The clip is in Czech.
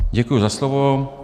Děkuji za slovo.